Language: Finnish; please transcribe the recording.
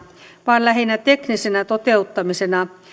vaan lähinnä teknisenä toteuttamisena